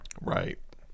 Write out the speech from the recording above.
Right